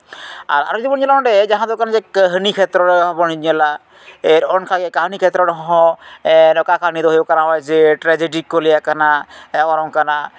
ᱟᱨ ᱟᱨᱚ ᱡᱩᱫᱤ ᱵᱚᱱ ᱧᱮᱞᱟ ᱚᱸᱰᱮ ᱡᱟᱦᱟᱸ ᱫᱚ ᱠᱟᱱᱟ ᱡᱮ ᱠᱟᱹᱦᱱᱤ ᱠᱷᱮᱛᱨᱚ ᱨᱮᱦᱚᱸ ᱵᱚᱱ ᱧᱮᱞᱟ ᱚᱱᱠᱟᱜᱮ ᱠᱟᱹᱦᱱᱤ ᱠᱷᱮᱛᱨᱚ ᱨᱮᱦᱚᱸ ᱱᱚᱝᱠᱟ ᱠᱟᱹᱦᱱᱤ ᱫᱚ ᱦᱩᱭᱩᱜ ᱠᱟᱱᱟ ᱱᱚᱜᱼᱚᱭ ᱡᱮ ᱴᱨᱟᱡᱮᱰᱤ ᱠᱚ ᱞᱟᱹᱭᱟᱜ ᱠᱟᱱᱟ ᱱᱚᱜᱼᱚᱭ ᱱᱚᱝᱠᱟᱱᱟᱜ